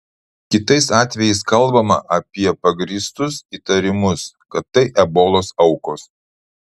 kitais atvejais kalbama apie pagrįstus įtarimus kad tai ebolos aukos